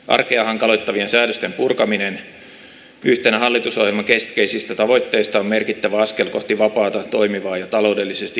arkea hankaloittavien säädösten purkaminen yhtenä hallitusohjelman keskeisistä tavoitteista on merkittävä askel kohti vapaata toimivaa ja taloudellisesti kestävää yhteiskuntaa